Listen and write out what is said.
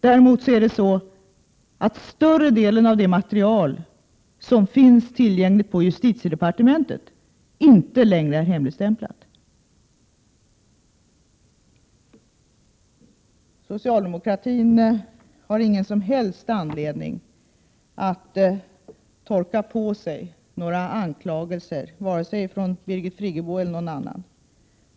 Däremot är större delen av det material som finns tillgängligt på justitiedepartementet inte längre hemligstämplat. Socialdemokratin har ingen som helst anledning att ta åt sig av anklagelser från vare sig Birgit Friggebo eller någon annan.